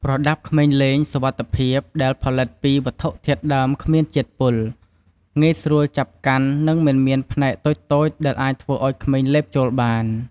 ប្រដាប់ក្មេងលេងសុវត្ថិភាពដែលផលិតពីវត្ថុធាតុដើមគ្មានជាតិពុល ងាយស្រួលចាប់កាន់ និងមិនមានផ្នែកតូចៗដែលអាចធ្វើឲ្យក្មេងលេបចូលបាន។